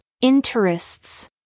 interests